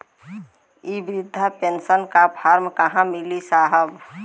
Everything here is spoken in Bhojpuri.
इ बृधा पेनसन का फर्म कहाँ मिली साहब?